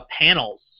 panels